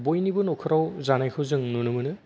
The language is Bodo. बयनिबो नखराव जानायखौ जों नुनो मोनो